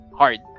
hard